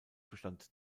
bestand